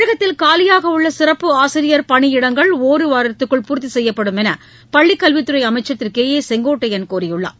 தமிழகத்தில் காலியாகஉள்ளசிறப்பு ஆசிரியர் பணியிடங்கள் ஓரிருவாரத்திற்குள் பூர்த்திசெய்யப்படும் என்றுபள்ளி கல்வித் துறைஅமைச்சர் திருகே ஏ செங்கோட்டையன் கூறியுள்ளார்